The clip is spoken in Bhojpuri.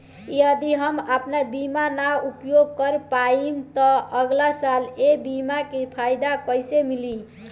यदि हम आपन बीमा ना उपयोग कर पाएम त अगलासाल ए बीमा के फाइदा कइसे मिली?